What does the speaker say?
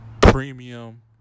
premium